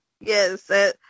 Yes